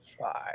Five